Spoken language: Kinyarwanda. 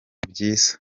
byiza